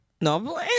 no